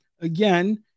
again